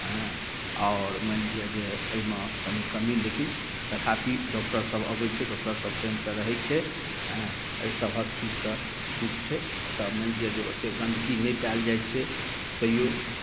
आओर मानि लिअ जे एहिमे कनि कमी लेकिन तथापि डॉक्टरसभ अबैत छै डॉक्टरसभ टाइमसँ रहै छै हँ एहि सभक चीजके ठीक छै एतय मानि लिअ जे ओतेक गंदगी नहि पायल जाइत छै तैओ